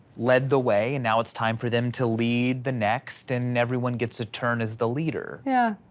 led the way and now it's time for them to lead the next and everyone gets a turn as the leader. yeah,